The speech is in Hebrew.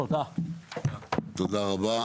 תודה רבה.